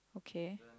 okay